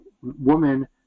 woman